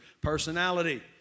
Personality